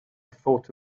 thought